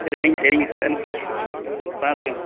சரிங்க சரிங்க சார் பார்த்துட்றேங்க